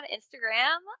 Instagram